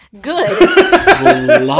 Good